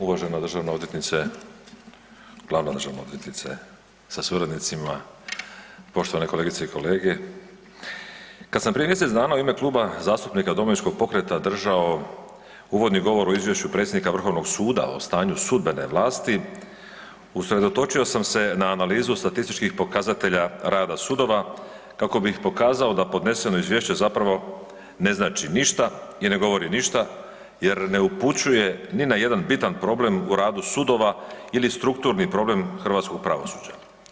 Uvažena državna odvjetnice, glavna državna odvjetnice sa suradnicima, poštovane kolegice i kolege, kad sam prije mjesec dana u ime Kluba zastupnika Domovinskog pokreta držao uvodni govor o Izvješću predsjednika vrhovnog suda o stanju sudbene vlasti usredotočio sam se na analizu statističkih pokazatelja rada sudova kako bih pokazao da podneseno izvješće zapravo ne znači ništa i ne govori ništa jer ne upućuje ni na jedan bitan problem u radu sudova ili strukturni problem hrvatskog pravosuđa.